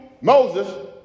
Moses